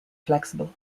flexible